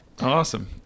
Awesome